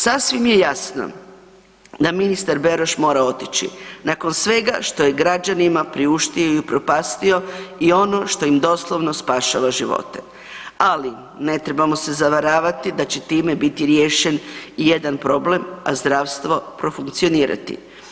Sasvim je jasno da ministar Beroš mora otići nakon svega što je građanima priuštio i upropastio i ono što im doslovno spašava živote, ali ne trebamo se zavaravati da će time biti riješen jedan problem, a zdravstvo profunkcionirati.